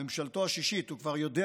ממשלתו השישית, הוא כבר יודע